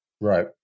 Right